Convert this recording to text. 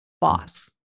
boss